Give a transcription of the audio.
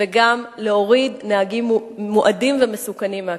וגם להוריד נהגים מועדים ומסוכנים מהכביש.